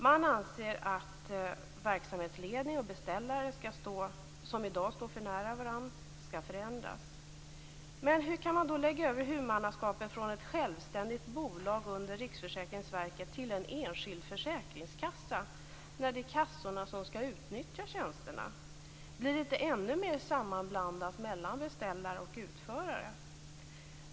Man anser att verksamhetsledning och beställare i dag står för nära varandra. Men hur kan man då lägga över huvudmannaskapet från ett självständigt bolag under Riksförsäkringsverket till en enskild försäkringskassa, när det är kassorna som skall utnyttja tjänsterna? Blir det inte ännu mer sammanblandat mellan beställare och utförare?